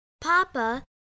Papa